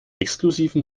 exklusiven